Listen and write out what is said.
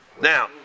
Now